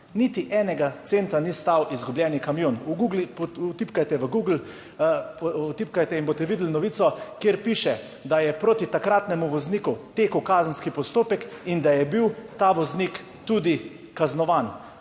Niti enega centa ni stal izgubljeni kamion. V Googel vtipkajte, v Googel vtipkajte in boste videli novico, kjer piše, da je proti takratnemu vozniku tekel kazenski postopek in da je bil ta voznik tudi kaznovan.